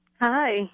Hi